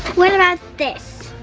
what about this?